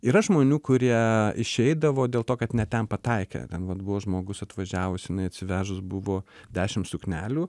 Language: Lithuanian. yra žmonių kurie išeidavo dėl to kad ne ten pataikė ten vat buvo žmogus atvažiavus jinai neatsivežus buvo dešim suknelių